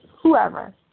whoever